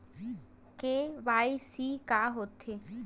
KYC का होथे?